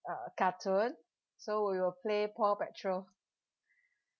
uh cartoon so we'll play paw patrol